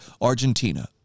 Argentina